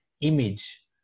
image